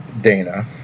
Dana